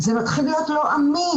זה מתחיל להיות לא אמין,